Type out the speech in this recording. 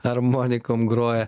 armonikom groja